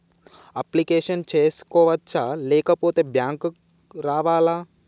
Application చేసుకోవచ్చా లేకపోతే bank రావాలా?